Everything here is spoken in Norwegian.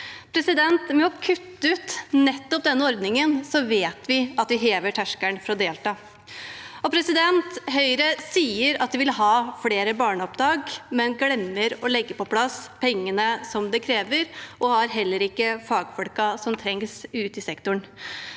ut nettopp denne ordningen vet vi hever terskelen for å delta. Høyre sier de vil ha flere barnehageopptak, men glemmer å legge på plass pengene det krever, og har heller ikke fagfolkene som trengs ute i sektoren.